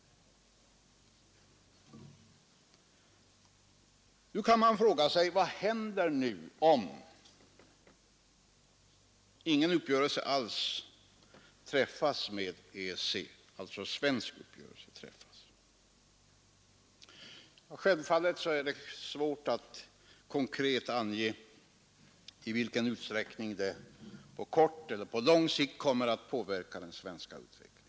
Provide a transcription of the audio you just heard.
Nu kan man fråga sig vad som händer om ingen svensk uppgörelse kommer till stånd med EEC. Självfallet är det svårt att konkret ange i vilken utsträckning det på kort eller på lång sikt skulle påverka den svenska utvecklingen.